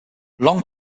long